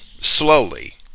Slowly